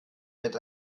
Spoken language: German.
bett